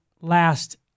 last